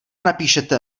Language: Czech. napíšete